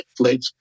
Netflix